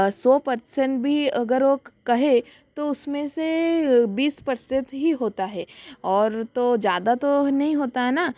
सौ पतसेन भी अगर ओ कहे तो उसमें से बीस प्रतिशत ही होता है और तो ज़्यादा तो नहीं होता है ना